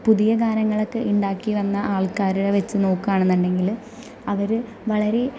പുതിയ ഗാനങ്ങളക്കെ ഉണ്ടാക്കി വന്ന ആൾക്കാരുടെ വച്ച് നോക്കുക ആണെന്നുണ്ടെങ്കിൽ അവർ വളരെ